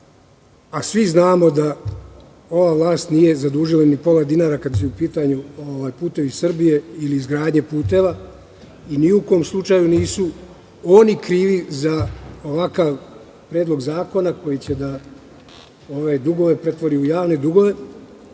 a svi znamo da ova vlast nije zadužila ni pola dinara, kada su u pitanju "Putevi Srbije" i izgradnja puteva i ni u kom slučaju nisu oni krivi za ovakav Predlog zakona koji će da ove dugove pretvori u javne dugove. Radeći